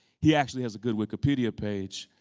he actually has a good wikipedia page.